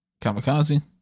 Kamikaze